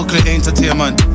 entertainment